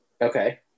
Okay